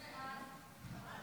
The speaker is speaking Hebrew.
ההצעה